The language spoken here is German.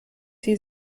sie